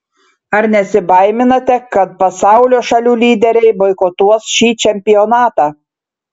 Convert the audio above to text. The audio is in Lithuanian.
ar nesibaiminate kad pasaulio šalių lyderiai boikotuos šį čempionatą